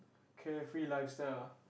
carefree lifestyle